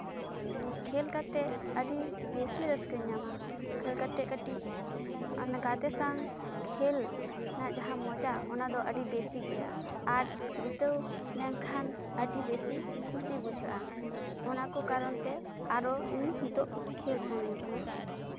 ᱠᱷᱮᱞ ᱠᱟᱛᱮᱫ ᱟᱹᱰᱤ ᱵᱮᱥᱤ ᱨᱟᱹᱥᱠᱟᱹᱧ ᱧᱟᱢᱟ ᱠᱷᱮᱞ ᱠᱟᱛᱮᱫ ᱠᱟᱹᱴᱤᱡ ᱜᱟᱛᱮ ᱥᱟᱶ ᱠᱷᱮᱞ ᱨᱮᱱᱟᱜ ᱡᱟᱦᱟᱸ ᱢᱚᱡᱟ ᱚᱱᱟ ᱫᱚ ᱟᱹᱰᱤ ᱵᱮᱥᱤ ᱜᱮᱭᱟ ᱟᱨ ᱡᱤᱛᱟᱹᱣ ᱞᱮᱱᱠᱷᱟᱱ ᱟᱹᱰᱤ ᱵᱮᱥᱤ ᱠᱩᱥᱤ ᱵᱩᱡᱷᱟᱹᱜᱼᱟ ᱚᱱᱟ ᱠᱚ ᱠᱟᱨᱚᱱᱛᱮ ᱟᱨᱚ ᱤᱧ ᱱᱤᱛᱚᱜ ᱠᱷᱮᱞ ᱥᱟᱱᱟᱧ ᱠᱟᱱᱟ